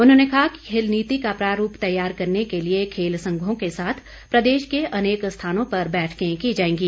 उन्होंने कहा कि खेल नीति का प्रारूप तैयार करने के लिए खेल संघों के साथ प्रदेश के अनेक स्थानों पर बैठकें की जाएंगी